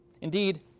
Indeed